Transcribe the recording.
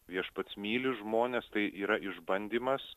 viešpats myli žmones tai yra išbandymas